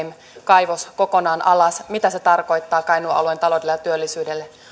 kaivos kokonaan alas mitä se tarkoittaa kainuun alueen taloudelle ja työllisyydelle alueella on noin